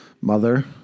mother